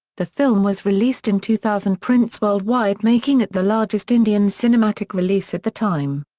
the film was released in two thousand prints worldwide making it the largest indian cinematic release at the time.